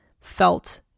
felt